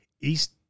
East